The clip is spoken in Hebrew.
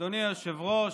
אדוני היושב-ראש,